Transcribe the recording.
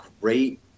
great